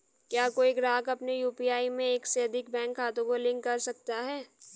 क्या कोई ग्राहक अपने यू.पी.आई में एक से अधिक बैंक खातों को लिंक कर सकता है?